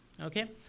okay